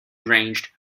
ranged